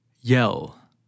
yell